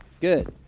Good